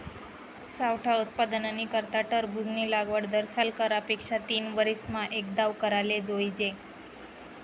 सावठा उत्पादननी करता टरबूजनी लागवड दरसाल करा पेक्षा तीनवरीसमा एकदाव कराले जोइजे